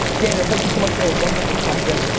daniel, thank you so much for a wonderful question.